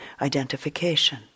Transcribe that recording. identification